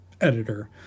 editor